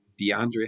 DeAndre